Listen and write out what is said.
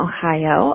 Ohio